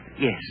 yes